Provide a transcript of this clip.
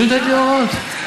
היא נותנת לי הוראות.